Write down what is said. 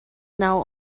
now